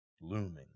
looming